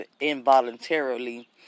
involuntarily